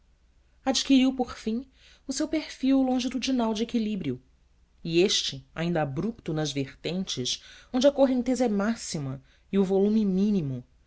adquiriu por fim o seu perfil longitudinal de equilíbrio e este ainda abrupto nas vertentes onde a correnteza é máxima e o volume mínimo